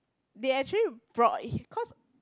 they actually brought it cause